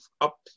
up